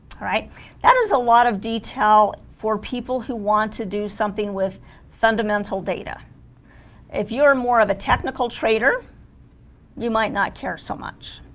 all right that is a lot of detail for people who want to do something with fundamental data if you are more of a technical trader you might not care so much